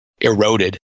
eroded